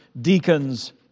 deacons